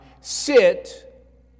sit